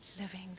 Living